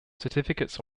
certificates